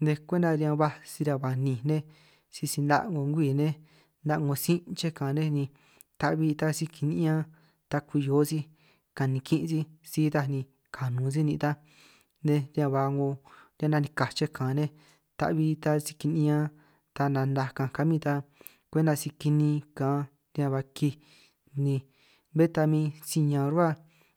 nej kwenta riñan ba si riñan ba ninj nej, sisi 'na' 'ngo ngwii nej 'na' 'ngo sin' chej kaanj nej ni ta'bbi ta sij kini'ñan ta kuhio sij kanikin sij, si itaj ni kanun sij nin' ta nej riñan ba 'ngo riñan nanikaj chej kaan nej, ta'bi si kini'ñan ta nanaj kaanj kamin ta kwenta si kinin kaan riñan ba kij ni bé ta min si ñaan rruhua.